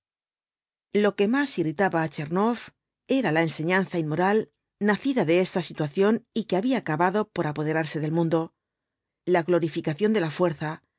lo que más irritaba á tchernoff era la enseñanza inmoral nacida de esta situación y que había acabado por apoderarse del mundo la glorificación de la fuerza